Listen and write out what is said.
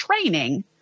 training